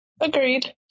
agreed